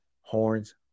Horns